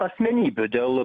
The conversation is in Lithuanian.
asmenybių dėl